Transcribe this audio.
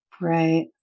Right